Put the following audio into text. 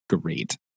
great